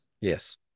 Yes